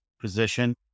position